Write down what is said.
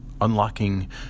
unlocking